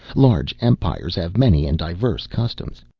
large empires have many and diverse customs.